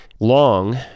long